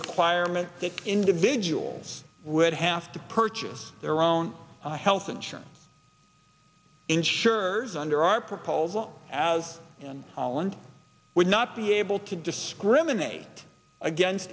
requirement that individuals would have to purchase their own health insurance insurers under our proposal as holland would not be able to discriminate against